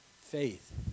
faith